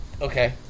Okay